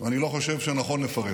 ואני לא חושב שנכון לפרט.